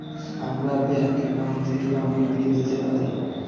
আমরা bank account থেকে অনেক বিল দিতে পারি